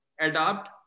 adapt